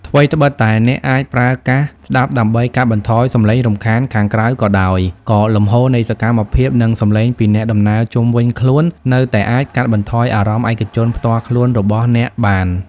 ថ្វីត្បិតតែអ្នកអាចប្រើកាសស្តាប់ដើម្បីកាត់បន្ថយសំឡេងរំខានខាងក្រៅក៏ដោយ ក៏លំហូរនៃសកម្មភាព និងសំឡេងពីអ្នកដំណើរជុំវិញខ្លួននៅតែអាចកាត់បន្ថយអារម្មណ៍ឯកជនផ្ទាល់ខ្លួនរបស់អ្នកបាន។